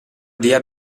dea